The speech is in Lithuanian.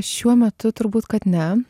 šiuo metu turbūt kad ne